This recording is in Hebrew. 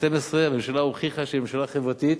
2012. הממשלה הוכיחה שהיא ממשלה חברתית